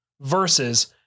versus